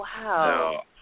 Wow